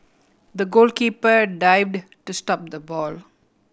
the goalkeeper dived to stop the ball